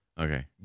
Okay